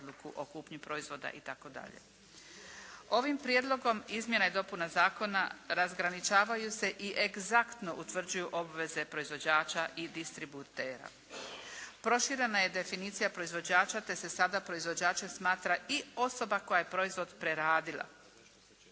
Ovim prijedlogom izmjena i dopuna zakona razgraničavaju se i egzaktno utvrđuju obveze proizvođača i distributera. Proširena je definicija proizvođača te se sada proizvođače smatra i osoba koja je proizvod preradila.